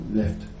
left